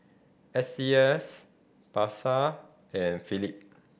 S C S Pasar and Philip